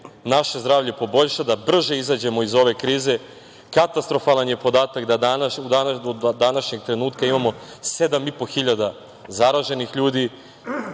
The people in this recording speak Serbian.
naše zdravlje poboljša, da brže izađemo iz ove krize. Katastrofalan je podatak da do današnjeg trenutka imamo sedam i po hiljada zaraženih ljudi.